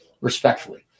respectfully